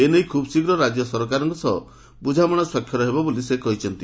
ଏନେଇ ଖୁବ୍ଶୀଘ୍ର ରାଜ୍ୟ ସରକାରଙ୍କ ସହ ବୁଝାମଣା ସ୍ୱାକ୍ଷର କରାଯିବ ବୋଲି ସେ କହିଛନ୍ତି